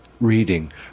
reading